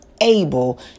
able